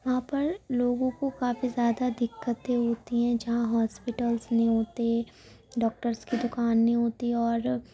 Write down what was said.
وہاں پر لوگوں کو کافی زیادہ دقتیں ہوتی ہیں جہاں ہاسپٹلس نہیں ہوتے ڈاکٹرس کی دوکان نہیں ہوتی اور